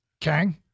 Kang